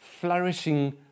flourishing